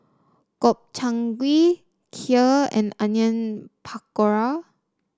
Gobchang Gui Kheer and Onion Pakora